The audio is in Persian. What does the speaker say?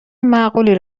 معقولی